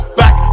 back